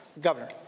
Governor